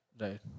Right